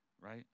right